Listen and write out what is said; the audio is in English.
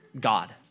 God